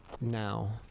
now